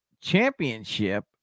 Championship